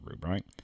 right